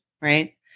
right